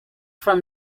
from